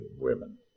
women